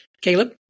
Caleb